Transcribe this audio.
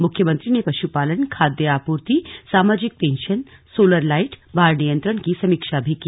मुख्यमंत्री ने पशुपालन खाद्य आपूर्ति सामाजिक पेंशन सोलर लाइट बाढ़ नियंत्रण की समीक्षा भी की